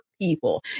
people